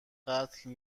قتل